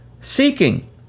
Seeking